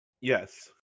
Yes